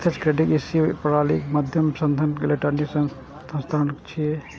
प्रत्यक्ष credit ACH प्रणालीक माध्यम सं धन के इलेक्ट्रिक हस्तांतरण छियै